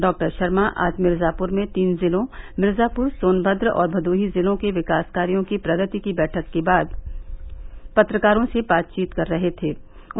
doctor Sharma आज मिर्जापुर में तीन जिलों मिर्जापुर सोनभद्र और भदोही जिलों के विकास कार्यो की प्रगति की बैठक के बाद पत्रकारो से बातचीत में बताया